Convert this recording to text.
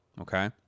okay